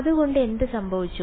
അതുകൊണ്ട് എന്തു സംഭവിച്ചു